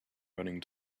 running